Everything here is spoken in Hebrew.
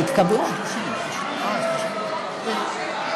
נא להצביע.